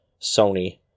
Sony